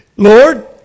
Lord